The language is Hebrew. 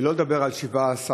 ולא לדבר על 17%